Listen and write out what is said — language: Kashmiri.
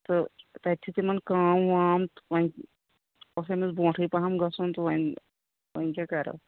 تہٕ تَتہِ چھِ تِمَن کٲم وٲم تہٕ وۄنۍ اوس أمِس برونٛٹھٕے پَہَم گَژھُن تہٕ وۄنۍ وۄنۍ کیاہ کَرو